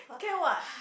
can what